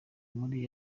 muri